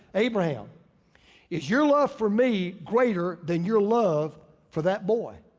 abraham is your love for me greater than your love for that boy?